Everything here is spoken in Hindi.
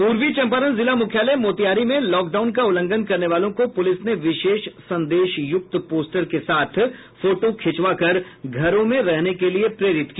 पूर्वी चंपारण जिला मुख्यालय मोतिहारी में लॉकडाउन का उल्लंघन करने वालों को पुलिस ने विशेष संदेश युक्त पोस्टर के साथ फोटो खिंचवाकर घरों में रहने के लिये प्रेरित किया